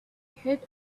heard